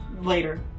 Later